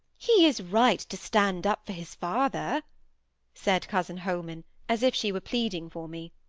he is right to stand up for his father said cousin holman, as if she were pleading for me.